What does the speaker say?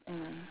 ah